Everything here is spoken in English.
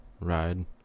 ride